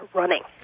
running